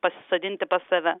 pasisodinti pas save